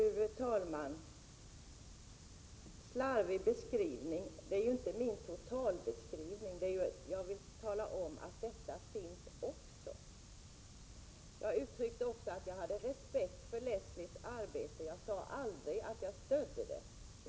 Fru talman! Georg Andersson säger att min beskrivning är slarvig, men jag vill bara tala om hur det kan gå till. Jag uttryckte att jag har respekt för Leslie Holmbergs arbete, inte att jag stöder det.